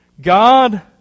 God